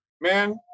Man